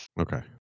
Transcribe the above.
Okay